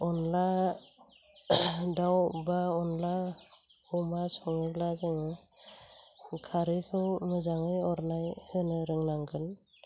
अनद्ला दाउ एबा अनद्ला अमा सङोब्ला जोङो खारैखौ मोजाङै अरनाय होनो रोंनांगोन